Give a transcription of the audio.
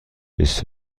بیست